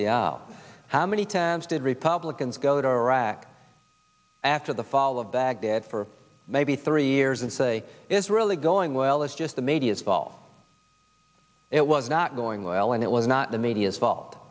aisle how many times did republicans go to iraq after the fall of baghdad for maybe three years and say it's really going well it's just the media's fault it was not going well and it was not the media's fault